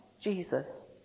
Jesus